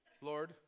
Lord